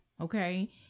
Okay